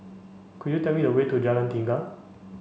could you tell me the way to Jalan Tiga